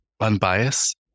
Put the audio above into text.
unbiased